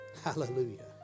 Hallelujah